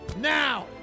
now